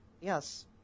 Yes